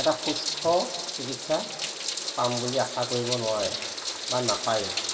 এটা সুস্থ চিকিৎসা পাম বুলি আশা কৰিব নোৱাৰে বা নাপায়ো